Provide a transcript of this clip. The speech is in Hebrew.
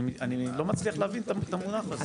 אני לא מצליח להבין את המונח הזה.